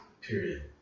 Period